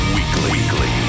Weekly